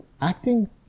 acting